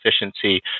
efficiency